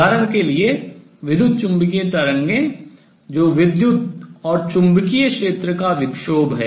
उदाहरण के लिए विद्युत चुम्बकीय तरंगें जो विद्युत और चुंबकीय क्षेत्र का विक्षोभ है